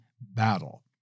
battle